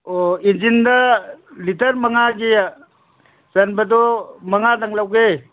ꯑꯣ ꯏꯟꯖꯤꯟꯗ ꯂꯤꯇꯔ ꯃꯉꯥꯒꯤ ꯆꯟꯕꯗꯣ ꯃꯉꯥꯗꯪ ꯂꯧꯒꯦ